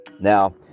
Now